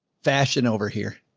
fashion over here.